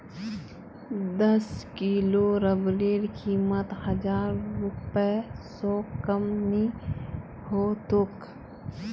दस किलो रबरेर कीमत हजार रूपए स कम नी ह तोक